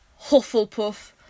Hufflepuff